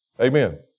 Amen